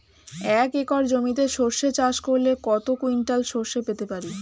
এক একর জমিতে সর্ষে চাষ করলে কত কুইন্টাল সরষে পেতে পারি?